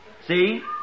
See